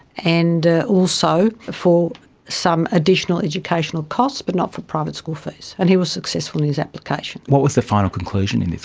and also for some additional educational costs but not for private school fees, and he was successful in his application. what was the final conclusion in this